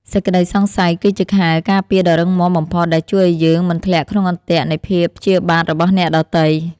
សេចក្តីសង្ស័យគឺជាខែលការពារដ៏រឹងមាំបំផុតដែលជួយឱ្យយើងមិនធ្លាក់ក្នុងអន្ទាក់នៃភាពព្យាបាទរបស់អ្នកដទៃ។